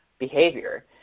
behavior